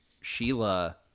sheila